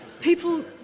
People